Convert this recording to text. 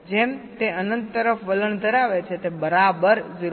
જેમ તે અનંત તરફ વલણ ધરાવે છે તે બરાબર 0